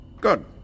Good